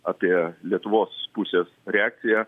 apie lietuvos pusės reakciją